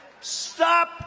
Stop